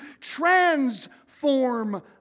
transform